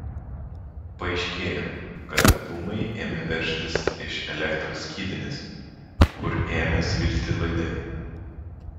paaiškėjo kad dūmai ėmė veržtis iš elektros skydinės kur ėmė svilti laidai